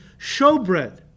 showbread